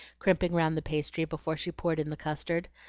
crimping round the pastry before she poured in the custard.